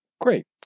Great